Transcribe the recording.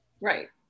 right